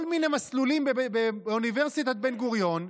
כל מיני מסלולים באוניברסיטת בן-גוריון,